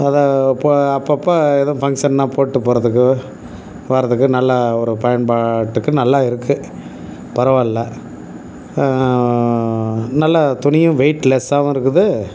இப்போ அதுதான் ப அப்பப்போ எதுவும் ஃபங்க்ஷன்னால் போட்டுப் போகிறதுக்கு வர்றதுக்கு நல்லா ஒரு பயன்பாட்டுக்கு நல்லா இருக்குது பரவாயில்லை நல்லா துணியும் வெயிட் லெஸ்ஸாகவும் இருக்குது